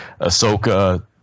Ahsoka